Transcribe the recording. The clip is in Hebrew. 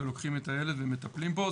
לוקחים את הילד ומטפלים בו.